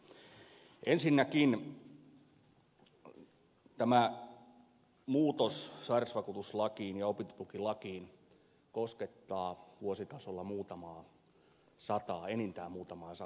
ensinnäkin tämä muutos sairausvakuutuslakiin ja opintotukilakiin koskettaa vuositasolla enintään muutamaa sataa opiskelijaa